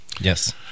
Yes